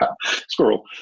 squirrel